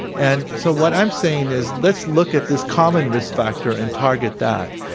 and so what i'm saying is, let's look at this common risk factor and target that.